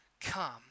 come